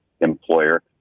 employer